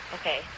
Okay